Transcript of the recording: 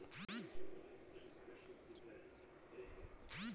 संत्र्याचं पीक वाढवाले कोनचे उपाव कराच पायजे?